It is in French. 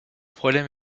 problème